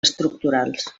estructurals